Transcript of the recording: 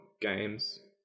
games